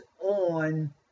on